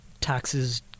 taxes